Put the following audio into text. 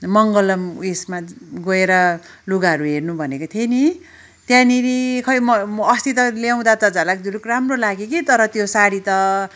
मङ्गलम उयेसमा गएर लुगाहरू हेर्नु भनेको थिएँ नि त्यहाँनिर खै म म अस्ति त ल्याउँदा त झ्यालकझुलुक राम्रो लाग्यो कि तर त्यो साडी त